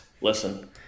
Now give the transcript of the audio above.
Listen